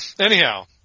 Anyhow